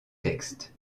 texte